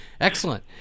Excellent